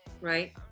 Right